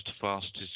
fastest